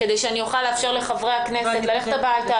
כדי אני אוכל לאפשר לחברי הכנסת ללכת הביתה,